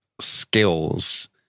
skills